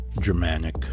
Germanic